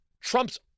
Trump's